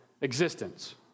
existence